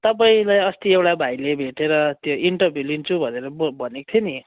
तपाईँलाई अस्ति एउटा भाइले भेटेर त्यो इन्टरभ्यु लिन्छु भनेर ब भनेको थियो नि